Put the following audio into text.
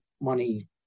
money